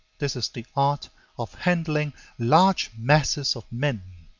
this is the art of handling large masses of men.